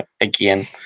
again